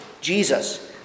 Jesus